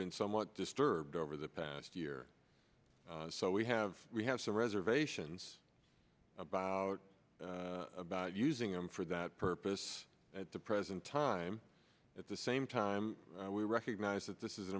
been somewhat disturbed over the past year so we have we have some reservations about using them for that purpose at the present time at the same time we recognize that this is an